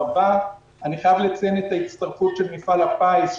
אני חייב לציין את ההצטרפות של מפעל הפיס,